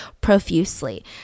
profusely